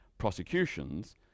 prosecutions